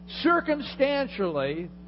circumstantially